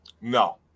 No